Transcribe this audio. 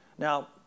Now